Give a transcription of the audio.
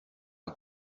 les